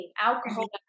alcohol